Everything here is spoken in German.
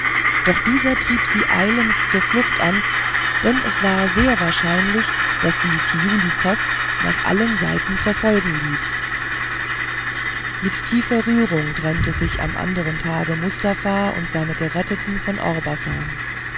doch dieser trieb sie eilends zur flucht an denn es war sehr wahrscheinlich daß sie thiuli kos nach allen seiten verfolgen ließ mit tiefer rührung trennte sich am andern tage mustafa und seine geretteten von orbasan